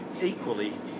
equally